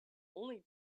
only